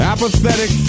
Apathetic